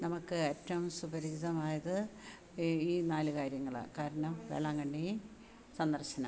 നമുക്ക് ഏറ്റവും സുപരിചിതമായത് ഈ നാല് കാര്യങ്ങളാണ് കാരണം വേളാങ്കണ്ണി സന്ദർശനം